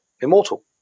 immortal